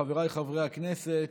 חבריי חברי הכנסת,